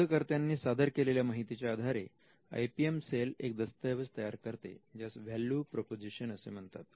शोधकर्त्यानी सादर केलेल्या माहितीच्या आधारे आय पी एम सेल एक दस्तऐवज तयार करते ज्यास व्हॅल्यू प्रोपोझिशन असे म्हणतात